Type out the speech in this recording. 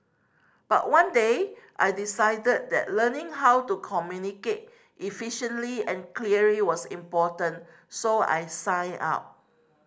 but one day I decided that learning how to communicate efficiently and clearly was important so I signed up